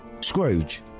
Scrooge